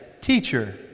Teacher